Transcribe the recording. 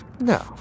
No